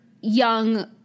young